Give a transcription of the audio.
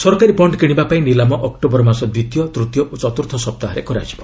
ସରକାରୀ ବଣ୍ଡ୍ କିଣିବାପାଇଁ ନିଲାମ ଅକ୍ଟୋବର ମାସ ଦ୍ୱିତୀୟ ତୂତୀୟ ଓ ଚତୁର୍ଥ ସପ୍ତାହରେ କରାଯିବ